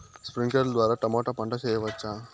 స్ప్రింక్లర్లు ద్వారా టమోటా పంట చేయవచ్చా?